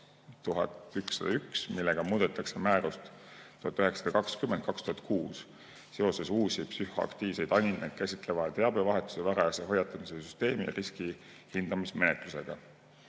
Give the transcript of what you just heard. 2017/2101, millega muudetakse määrust nr 1920/2006 seoses uusi psühhoaktiivseid aineid käsitleva teabevahetuse, varajase hoiatamise süsteemi ja riskihindamismenetlusega. Eelnõuga